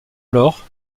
alors